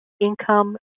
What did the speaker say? Income